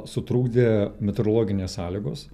sutrukdė meteorologinės sąlygos